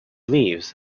leaves